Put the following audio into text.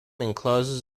encloses